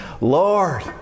Lord